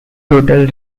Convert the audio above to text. total